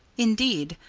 indeed,